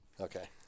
Okay